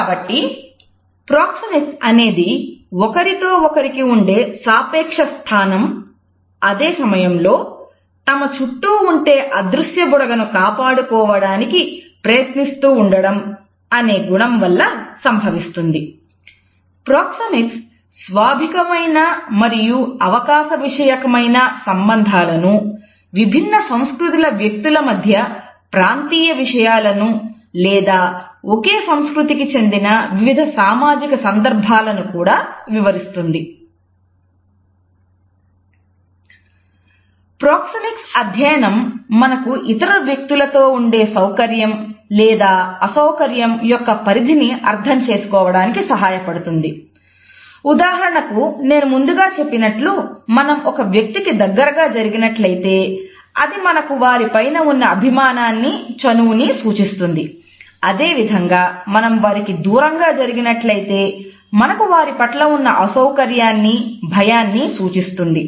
కాబట్టి ప్రోక్సెమిక్స్ స్వాభావికమైన మరియు అవకాశ విషయకమైన సంబంధాలను విభిన్న సంస్కృతుల వ్యక్తుల మధ్య ప్రాంతీయ విషయాలను లేదా ఓకే సంస్కృతికి చెందిన వివిధ సామాజిక సందర్భాలను కూడా వివరిస్తుంది